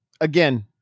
again